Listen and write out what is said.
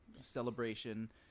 celebration